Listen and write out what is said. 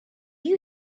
you